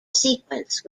sequence